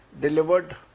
delivered